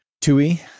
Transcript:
TUI